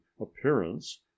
appearance